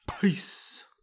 peace